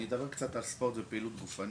אני אדבר קצת על ספורט ופעילות גופנית.